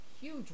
huge